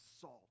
salt